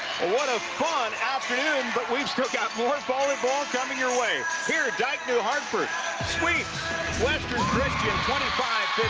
what a fun afternoon. but we've still got more volleyball coming your way here, dyke new hartford sweeps western christian twenty five